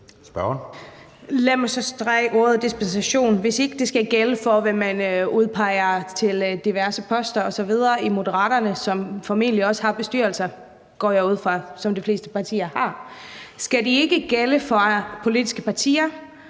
Lad mig så strege ordet dispensation ud, hvis ikke det skal gælde for, hvem man udpeger til diverse poster osv. i Moderaterne, som formentlig også har en bestyrelse, går jeg ud fra – som de fleste partier har. Skal de ikke gælde for politiske partier,